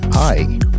Hi